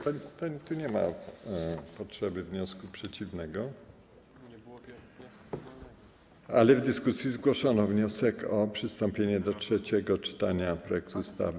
Tu nie ma potrzeby wniosku przeciwnego, ale w dyskusji zgłoszono wniosek o przystąpienie do trzeciego czytania projektu ustawy.